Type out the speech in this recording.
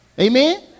Amen